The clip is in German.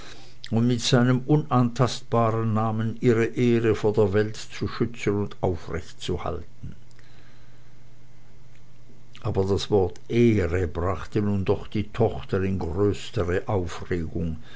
und mit seinem unantastbaren namen ihre ehre vor der welt zu schützen und aufrechtzuhalten aber das wort ehre brachte nun doch die tochter in größere aufregung